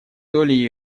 долей